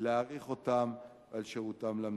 להעריך אותם על שירותם למדינה.